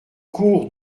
cours